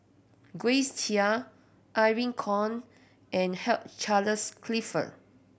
Grace Chia Irene Khong and Hugh Charles Clifford